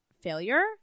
failure